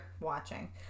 watching